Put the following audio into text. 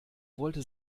wollte